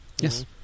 Yes